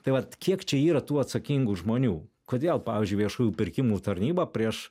tai vat kiek čia yra tų atsakingų žmonių kodėl pavyzdžiui viešųjų pirkimų tarnyba prieš